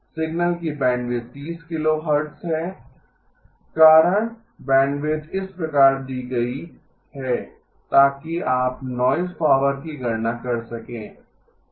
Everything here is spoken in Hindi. सिग्नल की बैंडविड्थ 30 kHz है कारण बैंडविड्थ इस प्रकार दी गयी है ताकि आप नॉइज़ पावर की गणना कर सकें